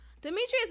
Demetrius